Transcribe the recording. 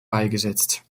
beigesetzt